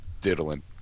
diddling